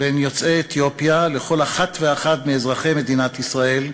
בין יוצאי אתיופיה לכל אחת ואחד מאזרחי מדינת ישראל,